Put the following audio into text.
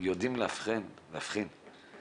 יודעים להבחין בין